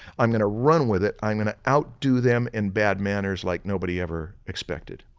i'm gonna run with it, i'm gonna outdo them in bad manners like nobody ever expected.